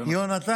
יונתן.